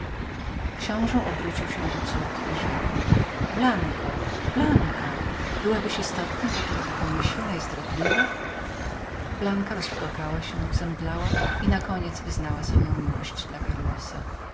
książe obrócił się do córki i rzekł blanko blanko miałażbyś być istotnie tak lekkomyślną i zdradliwą blanka rozpłakała się zemdlała i nakoniec wyznała swoją miłość dla karlosa